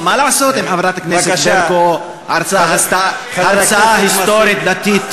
מה לעשות אם חברת הכנסת ברקו עשתה הרצאה היסטורית-דתית-פוליטית.